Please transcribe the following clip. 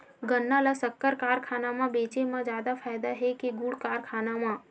गन्ना ल शक्कर कारखाना म बेचे म जादा फ़ायदा हे के गुण कारखाना म?